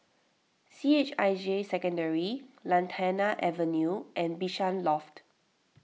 C H I J Secondary Lantana Avenue and Bishan Loft